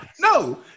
No